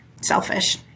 selfish